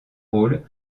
rôle